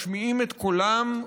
משמיעים את קולם,